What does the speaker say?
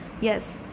yes